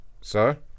Sir